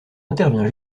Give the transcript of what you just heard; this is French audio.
intervient